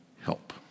help